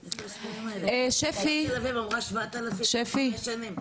שפי, שפי.